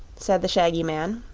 said the shaggy man,